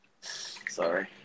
Sorry